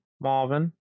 Marvin